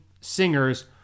singers